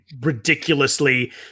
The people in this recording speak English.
ridiculously